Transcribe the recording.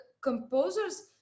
composers